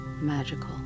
magical